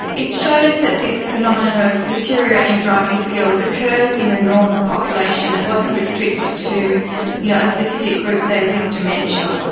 it showed us that this phenomenon of of deteriorating driving skills occurs in the normal population, it wasn't restricted to you know a specific group, say, with dementia.